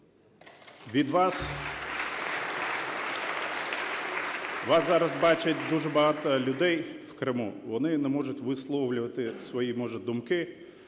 Вас зараз бачать дуже багато людей в Криму, вони не можуть висловлювати може